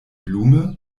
blume